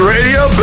Radio